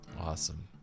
Awesome